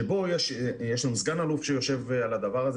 שבו יש לנו סגן אלוף שיושב על הדבר הזה.